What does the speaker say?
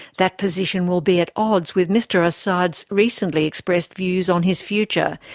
that position will be at odds with mr assad's recently expressed views on his future.